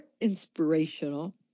inspirational